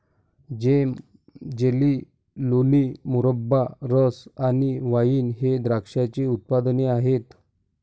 जेम, jelly, लोणी, मुरब्बा, रस आणि वाइन हे द्राक्षाचे उत्पादने आहेत